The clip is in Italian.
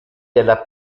della